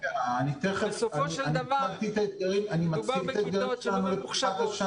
בסופו של דבר מדובר בכיתות שהן לא ממוחשבות.